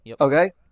Okay